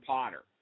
Potter